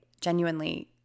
genuinely